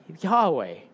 Yahweh